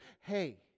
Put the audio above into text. hey